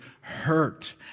hurt